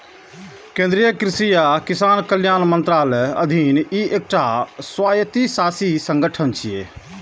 केंद्रीय कृषि आ किसान कल्याण मंत्रालयक अधीन ई एकटा स्वायत्तशासी संगठन छियै